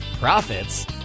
profits